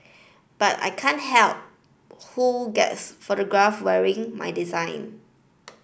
but I can't help who gets photographed wearing my design